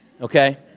okay